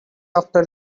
after